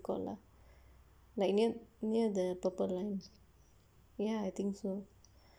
like like near near the purple line ya I think so